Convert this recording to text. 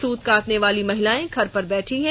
सूत कातने वाली महिलाएं घर पर बैठी हैं